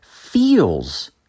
feels